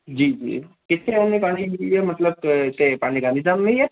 जी जी किथे हूंदी तव्हांजी हीअ मतिलबु हिते पंहिंजे गांधीधाम में ई आहे